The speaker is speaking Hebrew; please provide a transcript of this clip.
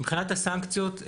מבחינת הסנקציות,